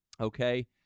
Okay